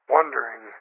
Wondering